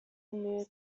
new